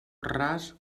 ras